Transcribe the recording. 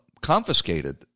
confiscated